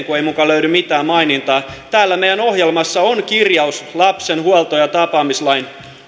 kun ei muka löydy mitään mainintaa täällä meidän ohjelmassamme on kirjaus lapsen huolto ja tapaamislain